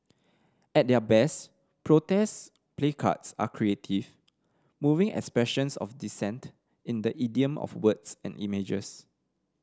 at their best protest placards are creative moving expressions of dissent in the idiom of words and images